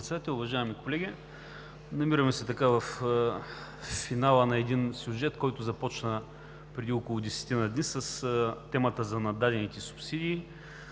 уважаеми колеги! Намираме се във финала на един сюжет, който започна преди около десетина дни с темата за наддадените субсидии,